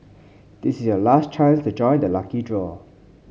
this is your last chance to join the lucky draw